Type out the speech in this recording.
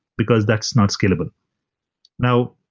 because that's not scalable now,